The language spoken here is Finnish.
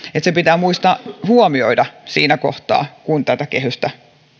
se pitää muistaa huomioida siinä kohtaa kun tätä kehystä